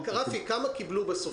רפי, כמה קיבלו בסוף את הכסף?